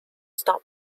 stop